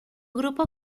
grupo